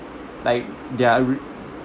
like there are re~